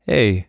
Hey